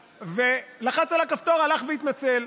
לחץ על הכפתור, הלך והתנצל.